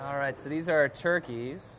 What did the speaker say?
all right so these are turkeys